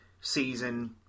season